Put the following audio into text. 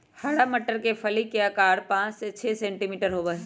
हरा मटर के फली के आकार पाँच से छे सेंटीमीटर होबा हई